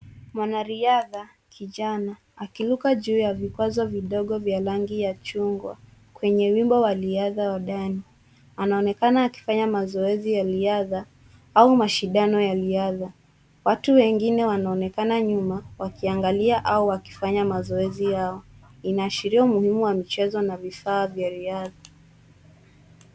Mwanariadha kijana akiruka juu ya vikwazo vidogo vya rangi ya chungwa kwenye wimbo wa riadha wa ndani. Anaonekana akifanya mazoezi ya riadha au mashindano ya riadha. Watu wengine wanaonekana nyuma wakiangalia au wakifanya mazoezi yao. Inaashriia umuhimu wa michezo na vifaa vya riadha.